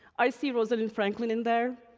i see rosalind franklin in there.